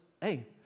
hey